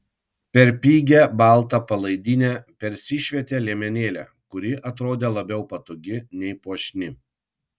per pigią baltą palaidinę persišvietė liemenėlė kuri atrodė labiau patogi nei puošni